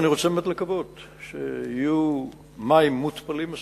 אני רוצה לקוות שיהיו מספיק מים מותפלים.